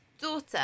daughter